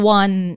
one